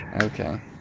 Okay